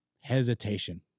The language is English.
hesitation